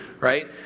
right